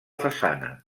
façana